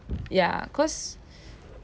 ya cause